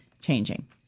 changing